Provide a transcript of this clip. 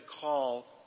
call